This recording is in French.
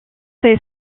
ses